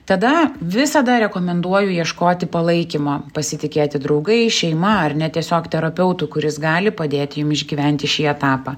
tada visada rekomenduoju ieškoti palaikymo pasitikėti draugais šeima ar ne tiesiog terapeutu kuris gali padėti jum išgyventi šį etapą